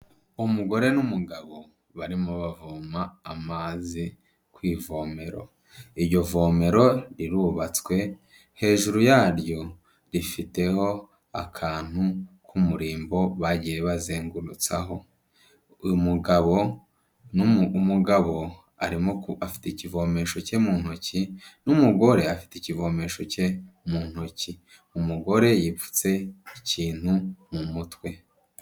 Umugore n'umugabo, barimo bavoma amazi ku ivomero, iryo vomero rirubatswe, hejuru yaryo rifiteho akantu k'umurimbo bagiye bazengurutsaho, uyu umugabo umugabo arimo afite ikivomesho cye mu ntoki, n'umugore afite ikivomesho cye mu ntoki, umugore yipfutse ikintu mu mutwe.